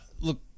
Look